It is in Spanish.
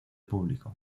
público